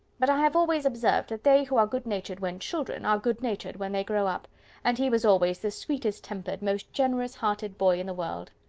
but i have always observed, that they who are good-natured when children, are good-natured when they grow up and he was always the sweetest-tempered, most generous-hearted boy in the world.